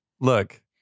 look